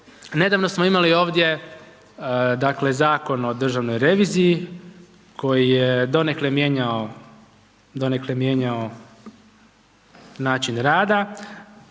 Nedavno smo imali ovdje, dakle, Zakon o državnoj reviziji, koji je donekle mijenjao način rada,